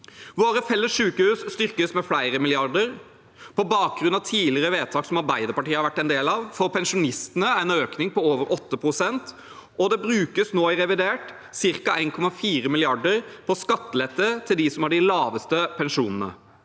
Våre felles sykehus styrkes med flere milliarder kroner. På bakgrunn av tidligere vedtak som Arbeiderpartiet har vært en del av, får pensjonistene en økning på over 8 pst., og det brukes nå i revidert ca. 1,4 mill. kr på skattelette til dem som har de laveste pensjonene.